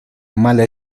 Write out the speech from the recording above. mala